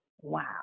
wow